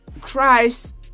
Christ